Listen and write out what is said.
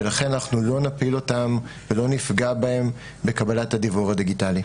ולכן אנחנו לא נפיל אותם ולא נפגע בהם בקבלת הדיוור הדיגיטלי.